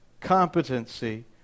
Competency